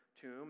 tomb